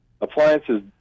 appliances